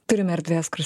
turime erdvės kur